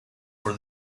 for